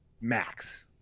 max